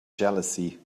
jealousy